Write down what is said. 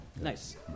Nice